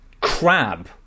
crab